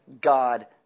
God